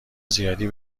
زیادی